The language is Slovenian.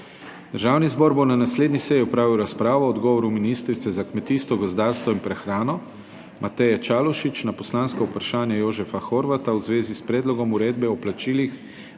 Državni zbor bo na naslednji seji opravil razpravo o odgovoru ministrice za kmetijstvo, gozdarstvo in prehrano Mateje Čalušić na poslansko vprašanje Jožefa Horvata v zvezi s Predlogom uredbe o plačilih